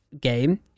game